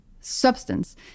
substance